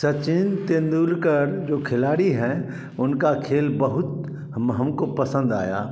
सचिन तेंदुलकर जो खिलाड़ी हैं उनका खेल बहुत हम हमको पसंद आया